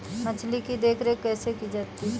मछली की देखरेख कैसे की जाती है?